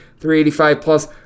.385-plus